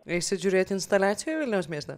eisit žiūrėti instaliacijų vilniaus mieste